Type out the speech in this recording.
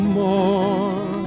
more